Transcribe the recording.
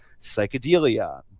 psychedelia